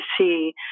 see